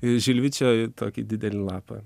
e žilvičio tokį didelį lapą